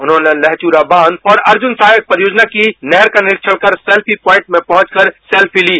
उन्होंने लहवूरा बाँच और अर्जुन सहायक परियोजना की नहर का निरीक्षण कर चैल्फी पुआइन्ट में पहुँचकर सैल्फी ती